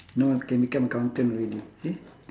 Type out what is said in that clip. now I can become accountant already see